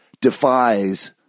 defies